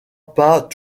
pas